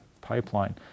pipeline